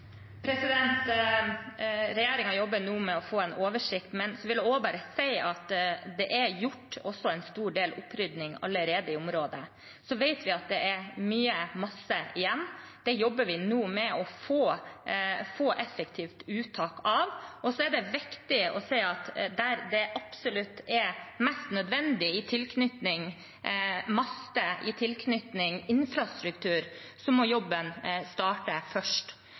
jobber nå med å få en oversikt, men jeg vil også si at det er gjort en stor del opprydning i området allerede. Så vet vi at det er mye masse igjen; det jobber vi nå med å få et effektivt uttak av. Det er også viktig å si at der det er absolutt mest nødvendig – ved master som er knyttet til infrastruktur – må jobben starte først,